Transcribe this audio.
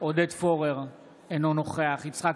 עודד פורר, אינו נוכח יצחק